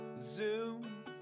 Zoom